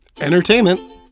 entertainment